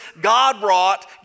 God-wrought